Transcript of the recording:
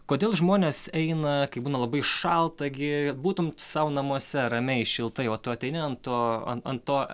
kodėl žmonės eina kai būna labai šalta gi būtum sau namuose ramiai šiltai o tu ateini ant to ant to